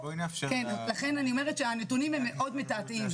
לכן אני אומרת שהנתונים מאוד מתעתעים,